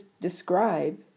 describe